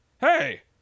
Hey